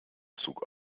zug